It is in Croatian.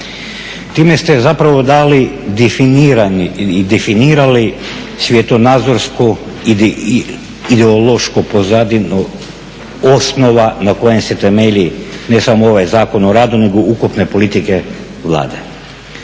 Time ste zapravo dali i definirali svjetonazorsku ideološku pozadinu osnova na kojem se temelji ne samo ovaj Zakon o radu nego ukupne politike Vlade.